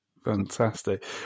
fantastic